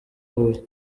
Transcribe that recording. huye